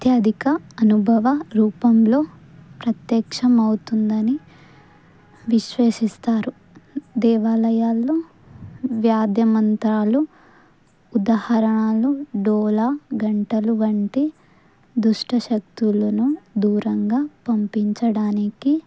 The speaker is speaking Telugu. అత్యధిక అనుభవ రూపంలో ప్రత్యక్షం అవుతుందని విశ్వసిస్తారు దేవాలయాల్లో వేద మంత్రాలు ఉదాహరణలు డోలు గంటలు వంటి దుష్ట శక్తులను దూరంగా పంపించడానికి